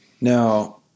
Now